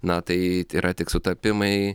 na tai yra tik sutapimai